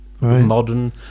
modern